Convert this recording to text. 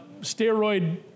steroid